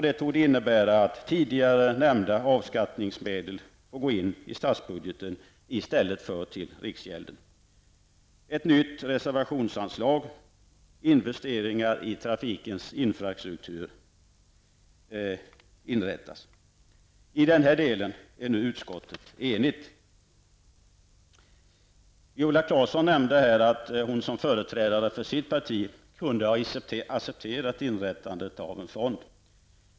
Det torde innebära att tidigare nämnda avskattningsmedel får gå in i statsbudgeten i stället för till riksgäldskontoret. Ett nytt reservationsanslag -- Investeringar i trafikens infrastruktur -- inrättas. I denna del är utskottet enigt. Viola Claesson nämnde här att hon som företrädare för sitt parti kunde ha accepterat inrättandet av en fond.